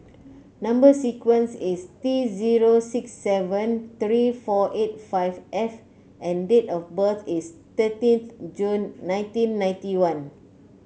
number sequence is T zero six seven three four eight five F and date of birth is thirteenth June nineteen ninety one